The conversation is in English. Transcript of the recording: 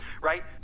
right